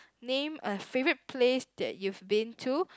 name a favorite place that you've been to